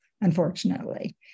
unfortunately